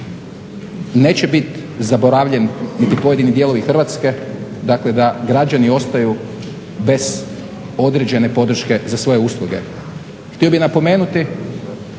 neće biti zaboravljeni niti pojedini dijelovi Hrvatske, dakle da građani ostaju bez određene podrške za svoje usluge.